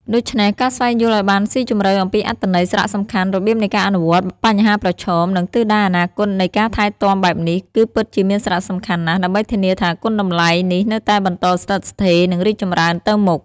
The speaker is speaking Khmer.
ដូច្នេះ ការស្វែងយល់ឱ្យបានស៊ីជម្រៅអំពីអត្ថន័យ សារៈសំខាន់ របៀបនៃការអនុវត្ត បញ្ហាប្រឈម និងទិសដៅអនាគតនៃការថែទាំបែបនេះ គឺពិតជាមានសារៈសំខាន់ណាស់ ដើម្បីធានាថាគុណតម្លៃនេះនៅតែបន្តស្ថិតស្ថេរ និងរីកចម្រើនទៅមុខ។